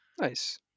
Nice